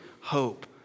hope